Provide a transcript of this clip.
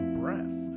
breath